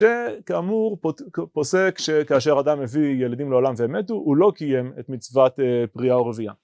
שכאמור פוסק שכאשר אדם מביא ילדים לעולם והם מתו, הוא לא קיים את מצוות פריה ורבייה